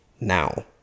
now